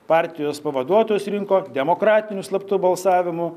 partijos pavaduotojus rinko demokratiniu slaptu balsavimu